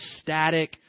static